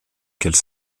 qu’elle